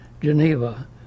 Geneva